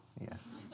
Yes